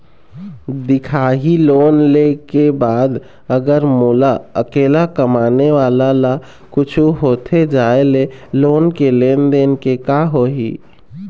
दिखाही लोन ले के बाद अगर मोला अकेला कमाने वाला ला कुछू होथे जाय ले लोन के लेनदेन के का होही?